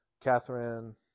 Catherine